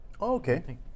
okay